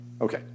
Okay